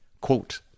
Quote